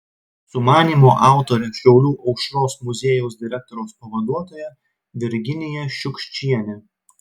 sumanymo autorė šiaulių aušros muziejaus direktoriaus pavaduotoja virginija šiukščienė